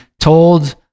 told